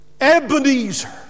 Ebenezer